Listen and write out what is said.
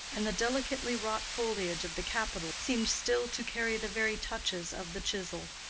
and the delicately-wrought foliage of the capitals seemed still to carry the very touches of the chisel.